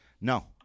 No